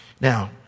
Now